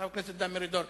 חבר הכנסת דן מרידור,